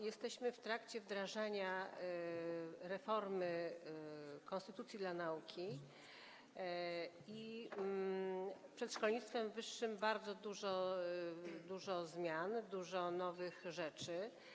Jesteśmy w trakcie wdrażania reformy, konstytucji dla nauki - przed szkolnictwem wyższym bardzo dużo zmian, dużo nowych rzeczy.